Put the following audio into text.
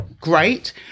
great